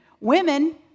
Women